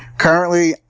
currently,